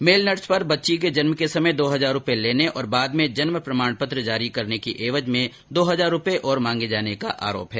mail nurse पर बच्ची के जन्म के समय दो हजार रूपये लेने और बाद में जन्म प्रमाण पत्र जारी करने की एवज में दो हजार रूपये और मांगे जाने का आरोप है